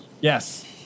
Yes